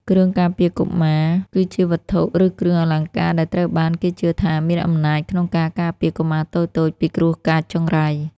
គ្រឿងការពារកុមារ គឺជាវត្ថុ ឬគ្រឿងអលង្ការដែលត្រូវបានគេជឿថាមានអំណាចក្នុងការការពារកុមារតូចៗពីគ្រោះកាចចង្រៃ។